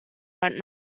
but